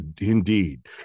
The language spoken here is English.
Indeed